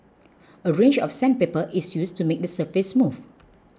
a range of sandpaper is used to make the surface smooth